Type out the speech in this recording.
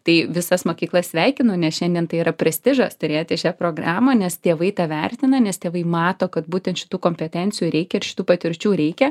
tai visas mokyklas sveikinu nes šiandien tai yra prestižas turėti šią programą nes tėvai tą vertina nes tėvai mato kad būtent šitų kompetencijų reikia ir šitų patirčių reikia